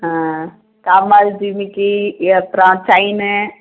ஆ கம்மல் ஜிமிக்கி அப்புறம் சைன்னு